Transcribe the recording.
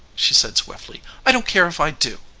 she said swiftly i don't care if i do.